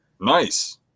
Nice